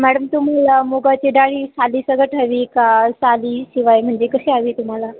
madam तुम्हाला मुगाची डाळ ही सालीसकट हवी का सालीशिवाय म्हणजे कशी हवी तुम्हाला